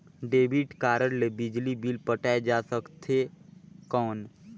Debit card ले बिजली bill पटाय जा सकथे कौन?